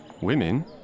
Women